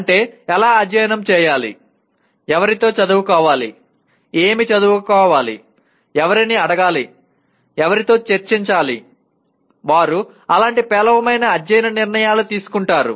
అంటే ఎలా అధ్యయనం చేయాలి ఎవరితో చదువుకోవాలి ఏమి చదువుకోవాలి ఎవరిని అడగాలి ఎవరితో చర్చించాలి వారు అలాంటి పేలవమైన అధ్యయన నిర్ణయాలు తీసుకుంటారు